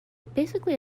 basically